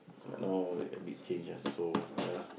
but now a bit change ah so ya lah